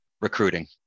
recruiting